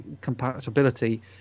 compatibility